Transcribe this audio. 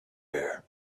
here